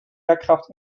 aircraft